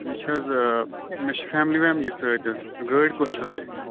یہِ چھِ حظ مےٚ چھِ فٮ۪ملی وٮ۪ملی سۭتۍ حظ گٲڑۍ کۄس چھَو تۄہہِ